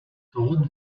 dort